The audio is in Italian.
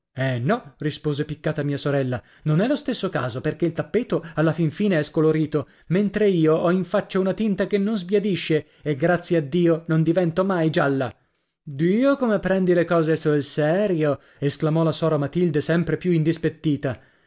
eh no rispose piccata mia sorella non è lo stesso caso perché il tappeto alla fin fine è scolorito mentre io ho in faccia una tinta che non sbiadisce e grazie a dio non divento mai gialla dio come prendi le cose sul serio esclamò la sora matilde sempre più indispettita